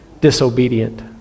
disobedient